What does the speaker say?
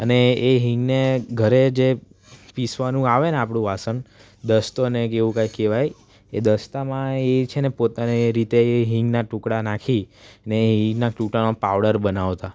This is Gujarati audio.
અને એ હિંગને ઘરે જે પીસવાનું આવે ને આપણું વાસણ દસ્તો અને એક એવું કાંઈક કહેવાય એ દસ્તામાં એ છે ને પોતાની રીતે એ હિંગના ટુકડાં નાખી અને હિંગના ટુકડાનો પાવડર બનાવતા